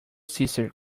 sister